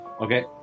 Okay